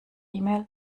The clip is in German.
mail